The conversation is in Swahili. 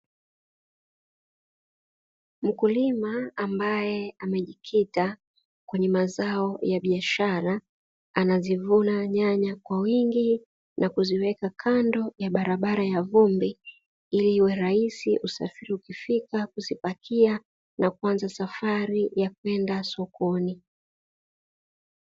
Mkulima ambaye amejikita kwenye mazao ya biashara, anazivuna nyanya kwa wingi nakuziweka kando ya barabara ya vumbi iliiwe rahisi usafiri ukifika kuzipakia nakuanza safari ya kwenda sokoni.